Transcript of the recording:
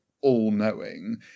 all-knowing